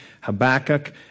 Habakkuk